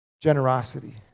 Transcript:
generosity